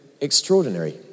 extraordinary